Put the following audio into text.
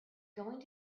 going